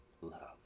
love